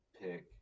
pick